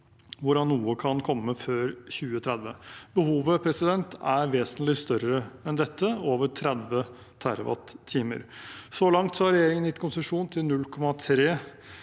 hvorav noe kan komme før 2030. Behovet er vesentlig større enn dette, over 30 TWh. Så langt har regjeringen gitt konsesjon til 0,3